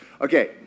Okay